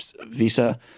visa